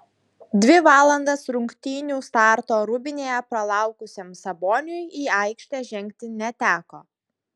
dvi valandas rungtynių starto rūbinėje pralaukusiam saboniui į aikštę žengti neteko